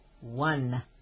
one